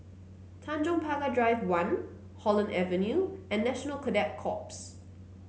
Tanjong Pagar Drive One Holland Avenue and National Cadet Corps